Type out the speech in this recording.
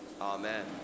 Amen